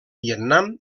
vietnam